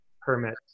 permit